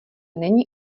není